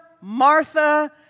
Martha